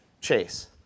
chase